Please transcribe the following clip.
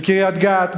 בקריית-גת,